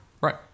Right